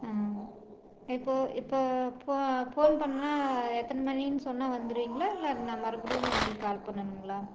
இப்போ இப்போ இப்போ ஃபோன் பண்ணிணா எத்தனை மணின்னு சொன்னால் வந்துடுவீங்களா இல்லை நான் மறுபடியும் உங்களுக்கு கால் பண்ணணுங்களா